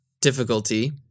difficulty